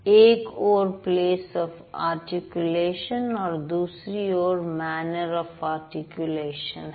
एक ओर place of articulation और दूसरी ओर मैनर आफ आर्टिकुलेशन है